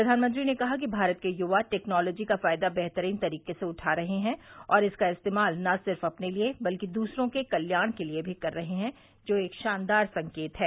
प्रधानमंत्री ने कहा कि भारत के यवा टेक्नॉलोजी का फायदा बेहतरीन तरीके से उठा रहे हैं और इसका इस्तेमाल न सिर्फ अपने लिए बल्कि दूसरों के कल्याण के लिए भी कर रहे हैं जो एक शानदार संकेत है